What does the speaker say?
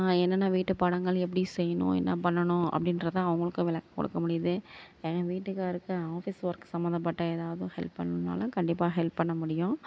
என்னென்ன வீட்டுப்பாடங்கள் எப்படி செய்யணும் என்ன பண்ணணும் அப்படின்றத அவங்களுக்கு விளக்கம் கொடுக்க முடியிது என் வீட்டுக்காருக்கு ஆஃபிஸ் ஒர்க் சம்மந்தப்பட்ட எதாவது ஹெல்ப் பண்ணாலும் கண்டிப்பாக ஹெல்ப் பண்ண முடியும்